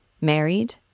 Married